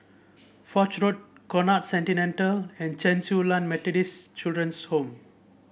Foch Road Conrad Centennial and Chen Su Lan Methodist Children's Home